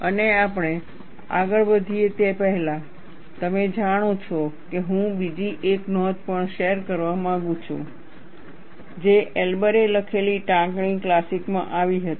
અને આપણે આગળ વધીએ તે પહેલાં તમે જાણો છો કે હું બીજી એક નોંધ પણ શેર કરવા માંગુ છું જે એલ્બરે લખેલી ટાંકણી ક્લાસિકમાં આવી હતી